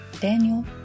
Daniel